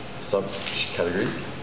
sub-categories